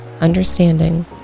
understanding